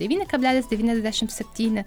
devyni kablelis devyniasdešimt septyni